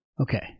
Okay